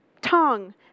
tongue